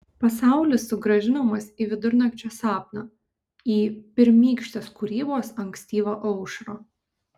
pasaulis sugrąžinamas į vidurnakčio sapną į pirmykštės kūrybos ankstyvą aušrą